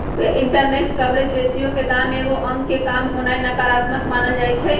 interest coverage ratio के दाम एगो अंक से काम होनाइ नकारात्मक मानल जाइ छइ